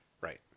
right